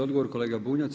Odgovor kolega Bunjac.